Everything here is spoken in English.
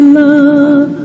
love